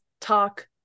talk